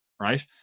right